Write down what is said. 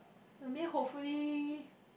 I mean hopefully